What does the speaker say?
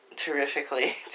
Terrifically